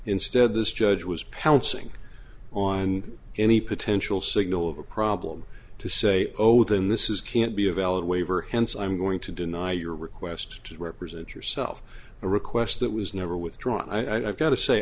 instead this judge was pouncing on any potential signal of a problem to say oh then this is can't be a valid waiver hence i'm going to deny your request to represent yourself a request that was never withdrawn i've got to say